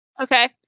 Okay